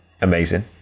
amazing